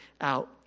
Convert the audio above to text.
out